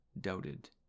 doubted